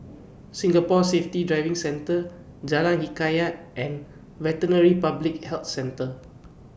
Singapore Safety Driving Centre Jalan Hikayat and Veterinary Public Health Centre